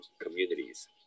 communities